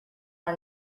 our